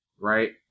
right